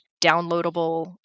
downloadable